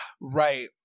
Right